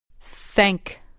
Thank